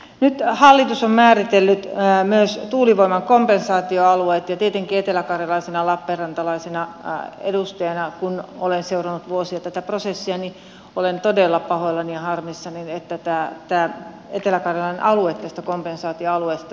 nyt hallitus on määritellyt myös tuulivoiman kompensaatioalueet ja tietenkin eteläkarjalalaisena lappeenrantalaisena edustajana kun olen seurannut vuosia tätä prosessia olen todella pahoillani ja harmissani että tämä etelä karjalan alue tästä kompensaatioalueesta nyt puuttuu